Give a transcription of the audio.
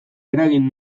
eragin